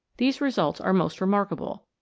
these results are most remarkable.